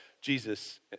Jesus